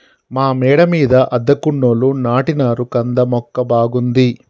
మా మేడ మీద అద్దెకున్నోళ్లు నాటినారు కంద మొక్క బాగుంది